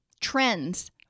trends